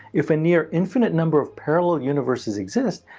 if a near infinite number of parallel universes exist,